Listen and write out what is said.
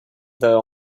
there